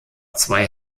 zwei